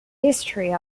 history